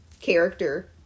character